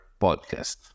podcast